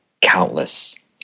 countless